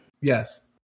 Yes